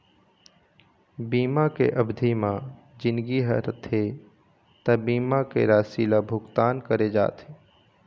बीमा के अबधि म जिनगी ह रथे त बीमा के राशि ल भुगतान करे जाथे